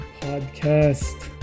podcast